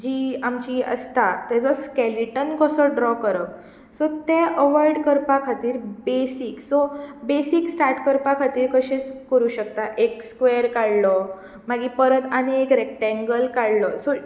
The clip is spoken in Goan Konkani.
जी आमची आसता तेचो स्केलेटन कसो ड्रो करप सो तें अवाॅयड करपा खातीर बेसीक्स सो बेसीक्स स्टार्ट करपा खातीर कशेंय करूंक शकता एक स्क्वेर काडलो आनी मागीर परत एक रेक्टेंगल काडलो सो